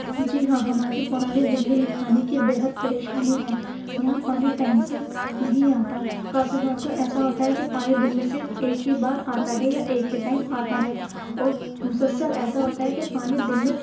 جی ہاں ہمارے پرانی دلی میں پانی کی بے حد پریشانی ہے یہاں پانی ٹائم سے نہیں آتا کافی بار تو ایسا ہوتا ہے کہ پانی دن میں صرف ایک ہی بار بار آتا ہے یا ایک ہی ٹائم آتا ہے اور مسلسل ایسا ہوتا ہے کہ پانی دن میں